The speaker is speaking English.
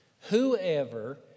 whoever